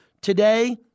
Today